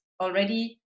already